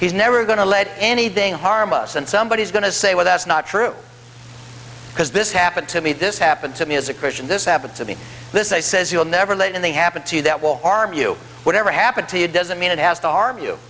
he's never going to lead anything harm us and somebody is going to say well that's not true because this happened to me this happened to me as a christian this happened to me this i says you will never let in they happen to you that will harm you whatever happened to you doesn't mean it has to harm you